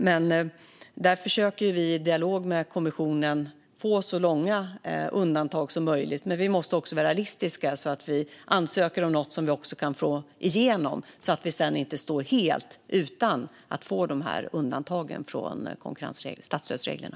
Vi försöker i dialog med kommissionen få så långa undantag som möjligt, men vi måste vara realistiska så att vi ansöker om något som vi också kan få igenom, så att vi inte står helt utan undantag från statsstödsreglerna.